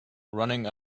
running